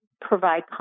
provide